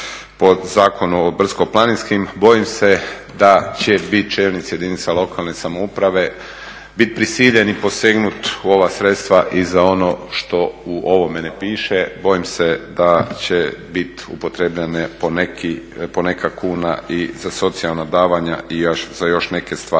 pod Zakonom o brdsko planinskim područjima, bojim se da će čelnici jedinica lokalne samouprave biti prisiljeni posegnuti u ova sredstva i za ono što u ovome ne piše, bojim se da će biti upotrebljene po neka kuna i za socijalna davanja i za još neke stvari.